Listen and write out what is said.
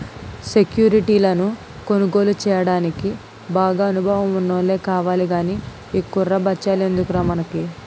సెక్యురిటీలను కొనుగోలు చెయ్యడానికి బాగా అనుభవం ఉన్నోల్లే కావాలి గానీ ఈ కుర్ర బచ్చాలెందుకురా మనకి